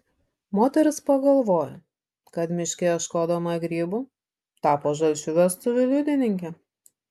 moteris pagalvojo kad miške ieškodama grybų tapo žalčių vestuvių liudininke